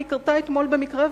והיא התרחשה אתמול במקרה,